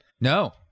No